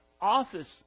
office